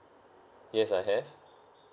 yes I have